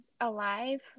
Alive